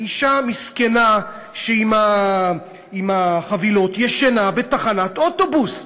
אישה מסכנה שהיא עם החבילות ישנה בתחנת אוטובוס.